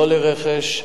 לא לרכש.